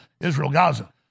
Israel-Gaza